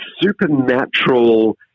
supernatural